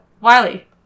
Wiley